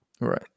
Right